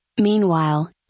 Meanwhile